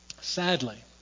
sadly